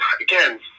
again